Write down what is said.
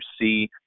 see